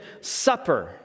supper